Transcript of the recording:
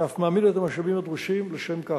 ואף מעמיד את המשאבים הדרושים לשם כך.